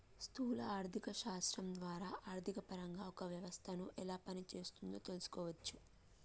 స్థూల ఆర్థిక శాస్త్రం ద్వారా ఆర్థికపరంగా ఒక వ్యవస్థను ఎలా పనిచేస్తోందో తెలుసుకోవచ్చు